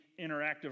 interactive